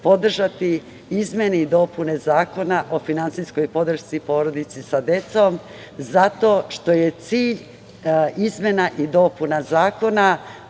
podržati izmene i dopune Zakona o finansijskoj podršci porodice sa decom zato što je cilj izmena i dopuna Zakona